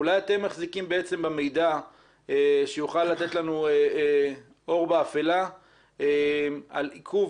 אולי אתם בעצם מחזיקים במידע שיוכל לתת לנו אור באפלה על עיכוב,